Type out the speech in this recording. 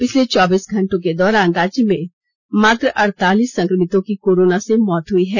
पिछले चौबीस घंटों के दौरान राज्य में मात्र अड़तालीस संक्रमितों की कोरोना से मौत हुई है